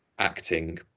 acting